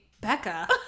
Becca